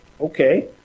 okay